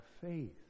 faith